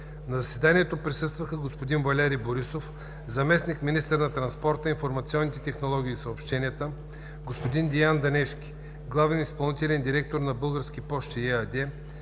На заседанието присъстваха: господин Валери Борисов – заместник-министър на транспорта, информационните технологии и съобщенията, господин Деян Дънешки – главен изпълнителен директор на